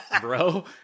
Bro